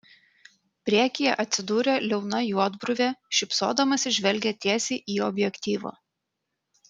priekyje atsidūrė liauna juodbruvė šypsodamasi žvelgė tiesiai į objektyvą